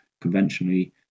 conventionally